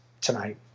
tonight